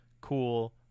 Cool